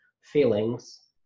feelings